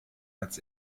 als